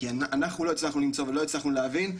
כי אנחנו לא הצלחנו למצוא ולא הצלחנו להבין,